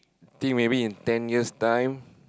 think maybe in ten years time